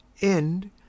End